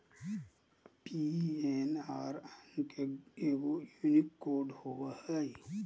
PNR अंक एगो unique code होबो हइ